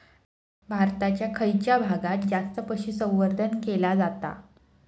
भारताच्या खयच्या भागात जास्त पशुसंवर्धन केला जाता?